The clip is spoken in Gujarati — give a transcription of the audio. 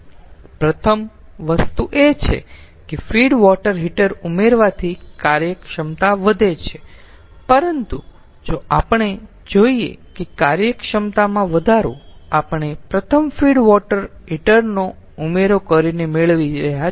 પ્રથમ વસ્તુ એ છે કે ફીડ વોટર હીટર ઉમેરવાથી કાર્યક્ષમતા વધે છે પરંતુ જો આપણે જોઈએ કે કાર્યક્ષમતામાં વધારો આપણે પ્રથમ ફીડ વોટર હીટર નો ઉમેરો કરીને મેળવીએ છીએ